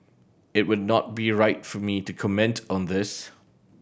it would not be right for me to comment on this